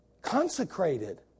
Consecrated